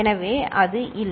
எனவே அது இல்லை